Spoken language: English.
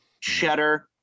cheddar